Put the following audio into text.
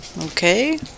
okay